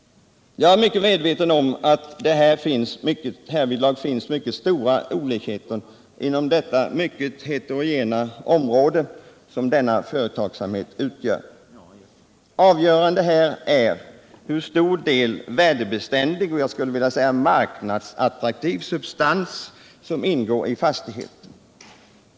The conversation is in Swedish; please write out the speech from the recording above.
Jag är väl medveten om att det härvidlag finns stora olikheter inom det mycket heterogena område som denna företagsamhet utgör. Avgörande är hur stor del värdebeständig och, skulle jag vilja säga, marknadsattraktiv substans som ingår i fastigheten.